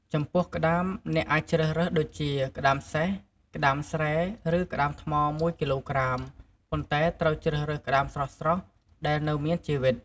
ចំពោះក្ដាម អ្នកអាចជ្រសរើសដូចជា ក្ដាមសេះ ក្ដាមស្រែ ឬ ក្ដាមថ្ម ១ គីឡូក្រាម ប៉ុន្ដែត្រូវជ្រើសរើសក្ដាមស្រស់ៗ ដែលនៅមានជីវិត។